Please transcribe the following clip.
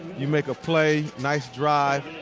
you make a play, nice drive,